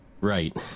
Right